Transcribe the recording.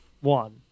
one